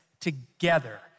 together